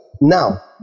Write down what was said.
now